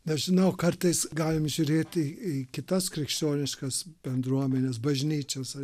nežinau kartais galim žiūrėti į kitas krikščioniškas bendruomenes bažnyčiose